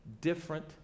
different